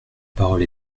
parole